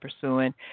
pursuing